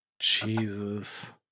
Jesus